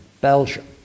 Belgium